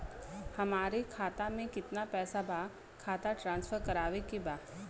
हमारे खाता में कितना पैसा बा खाता ट्रांसफर करावे के बा?